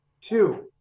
Two